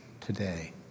today